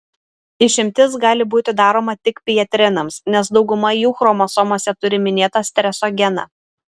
išimtis gali būti daroma tik pjetrenams nes dauguma jų chromosomose turi minėtą streso geną